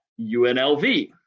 UNLV